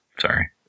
sorry